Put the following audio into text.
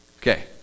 Okay